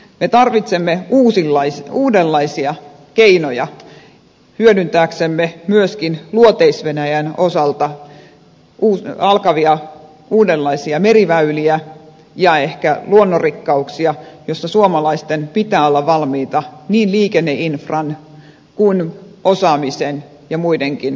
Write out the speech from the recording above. me tarvitsemme uudenlaisia keinoja hyödyntääksemme myöskin luoteis venäjän osalta uudenlaisia meriväyliä ja ehkä luonnonrikkauksia joissa suomalaisten pitää olla valmiita niin liikenneinfran kuin osaamisen ja muidenkin puolelta